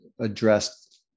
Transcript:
addressed